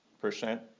percent